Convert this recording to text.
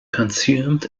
consumed